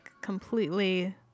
completely